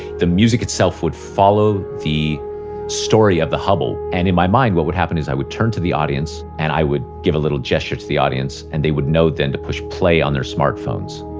the music itself would follow the story of the hubble and in my mind what would happen is i would turn to the audience, and i would give a little gesture to the audience, and they would know then to push play on their smartphones.